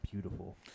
beautiful